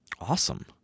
Awesome